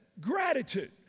Gratitude